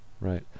Right